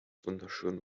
wunderschön